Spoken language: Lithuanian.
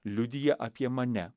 liudija apie mane